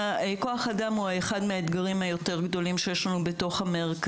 כוח-האדם הוא אחד מהאתגרים היותר גדולים שיש לנו במרכזים.